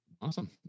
Awesome